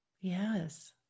Yes